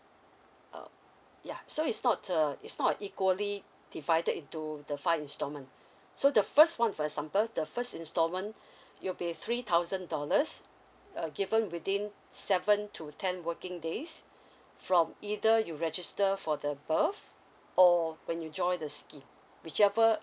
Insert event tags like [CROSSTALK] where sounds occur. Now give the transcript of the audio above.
uh ya so it's not uh it's not equally divided into the five instalment so the first one for example the first instalment [BREATH] it'll be three thousand dollars uh given within seven to ten working days from either you register for the birth or when you join the scheme whichever